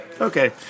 Okay